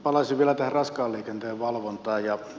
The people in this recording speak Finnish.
palaisin vielä tähän raskaan liikenteen valvontaan